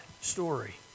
story